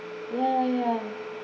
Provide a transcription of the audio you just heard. ya ya ya